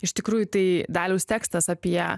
iš tikrųjų tai daliaus tekstas apie